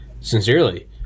sincerely